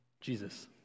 Jesus